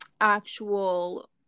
actual